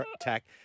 attack